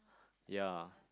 ya